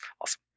Awesome